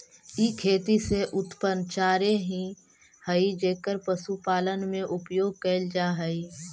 ई खेती से उत्पन्न चारे ही हई जेकर पशुपालन में उपयोग कैल जा हई